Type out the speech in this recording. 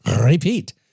repeat